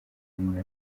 umuntu